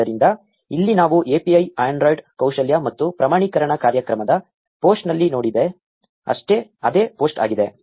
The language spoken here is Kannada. ಆದ್ದರಿಂದ ಇಲ್ಲಿ ನಾವು API Android ಕೌಶಲ್ಯ ಮತ್ತು ಪ್ರಮಾಣೀಕರಣ ಕಾರ್ಯಕ್ರಮದ ಪೋಸ್ಟ್ನಲ್ಲಿ ನೋಡಿದ ಅದೇ ಪೋಸ್ಟ್ ಆಗಿದೆ